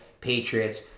Patriots